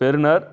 பெறுநர்